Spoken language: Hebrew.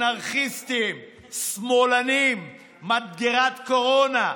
אנרכיסטים, שמאלנים, מדגרת קורונה.